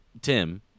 Tim